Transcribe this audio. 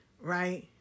right